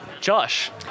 Josh